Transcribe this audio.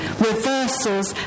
Reversals